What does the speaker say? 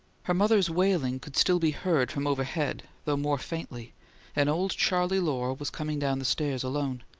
her mother's wailing could still be heard from overhead, though more faintly and old charley lohr was coming down the stairs alone.